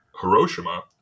hiroshima